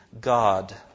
God